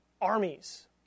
armies